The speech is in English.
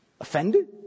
Offended